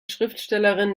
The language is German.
schriftstellerin